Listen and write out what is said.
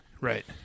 Right